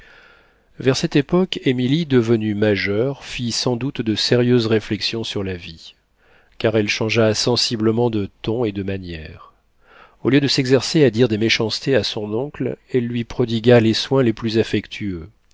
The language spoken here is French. vers cette époque émilie devenue majeure fit sans doute de sérieuses réflexions sur la vie car elle changea sensiblement de ton et de manières au lieu de s'exercer à dire des méchancetés à son oncle elle lui prodigua les soins les plus affectueux